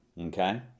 Okay